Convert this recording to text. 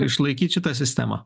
išlaikyt šitą sistemą